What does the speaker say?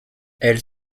elle